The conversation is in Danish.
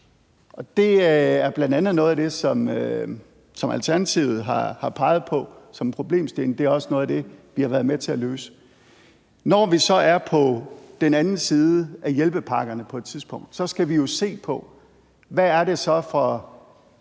Det er bl.a. noget af det, som Alternativet har peget på som en problemstilling. Det er også noget af det, vi har været med til at løse. Når vi så på et tidspunkt er på den anden siden af hjælpepakkerne, skal vi jo se på, hvad det så er